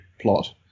plot